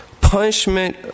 Punishment